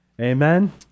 Amen